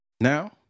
now